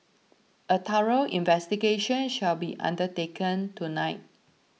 a thorough investigation shall be undertaken tonight